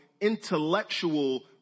intellectual